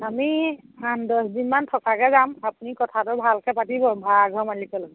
আমি পাঁচ দছ দিনমান থকাকৈ যাম আপুনি কথাটো ভালকৈ পাতিব ভাড়াঘৰৰ মালিকৰ লগত